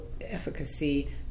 efficacy